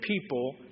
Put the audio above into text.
people